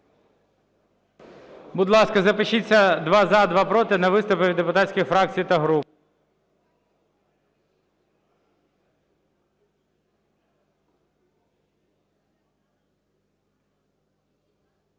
Будь ласка, запишіться: два – за, два – проти, на виступи від депутатських фракцій та груп.